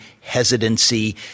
hesitancy